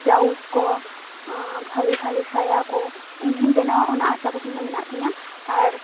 blouse ᱠᱚ ᱵᱷᱟᱞᱮ ᱵᱷᱟᱞᱮ ᱥᱟᱭᱟ ᱠᱚ ᱤᱧ ᱦᱚᱸᱧ ᱵᱮᱱᱟᱣᱟ ᱚᱱᱟ ᱟᱥᱟ ᱠᱩᱠᱢᱩ ᱢᱮᱱᱟᱜ ᱛᱤᱧᱟ ᱟᱨ